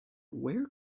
where